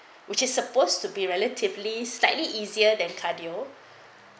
which is supposed to be relatively slightly easier than cardio